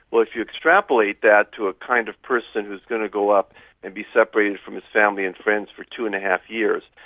well, if you extrapolate that to a kind of person who is going to go up and be separated from his family and friends for two. and five years,